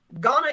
Ghana